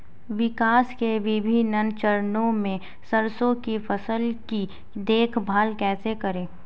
विकास के विभिन्न चरणों में सरसों की फसल की देखभाल कैसे करें?